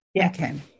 Okay